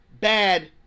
bad